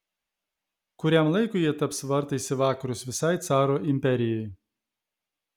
kuriam laikui jie taps vartais į vakarus visai caro imperijai